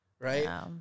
right